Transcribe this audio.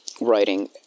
writing